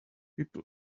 people